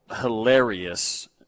hilarious